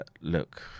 look